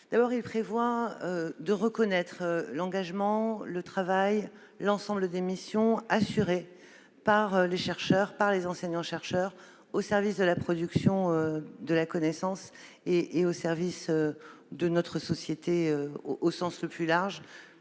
mois. Il prévoit de reconnaître l'engagement, le travail et l'ensemble des missions assurées par les chercheurs et les enseignants-chercheurs au service de la production de la connaissance et de notre société au sens large.